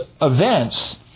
events